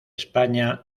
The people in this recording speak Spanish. españa